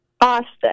Austin